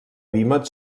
vímet